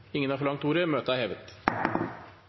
Møtet er hevet.